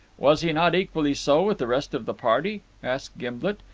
was he not equally so with the rest of the party? asked gimblet.